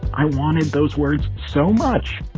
i wanted those words so much